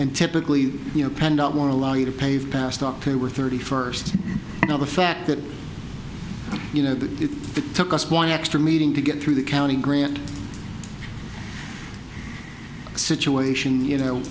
and typically you know penned up want to allow you to pave past october thirty first now the fact that you know that it took us one extra meeting to get through the county grant situation you know